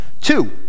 Two